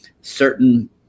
certain